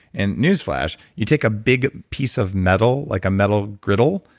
and news flash. you take a big piece of metal, like a metal griddle.